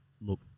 look